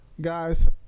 Guys